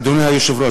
אדוני היושב-ראש,